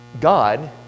God